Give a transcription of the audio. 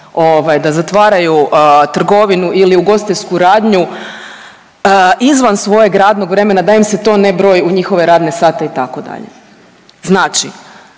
da zatvaraju trgovinu ili ugostiteljsku radnji izvan svojeg radnog vremena, da im se to ne broji u njihove radne sate itd. Znači